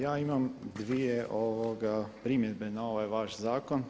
Ja imam dvije primjedbe na ovaj vaš zakon.